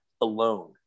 alone